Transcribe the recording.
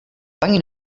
pani